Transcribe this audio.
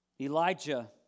Elijah